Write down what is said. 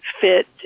fit